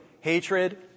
hatred